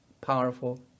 powerful